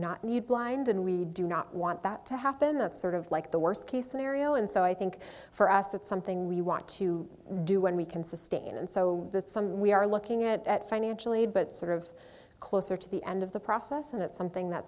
not need blind and we do not want that to happen that sort of like the worst case scenario and so i think for us it's something we want to do when we can sustain and so that some we are looking at at financial aid but sort of closer to the end of the process and it's something that